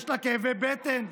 יש לה כאבי בטן,